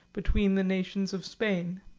between the nations of spain.